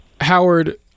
Howard